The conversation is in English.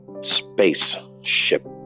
spaceship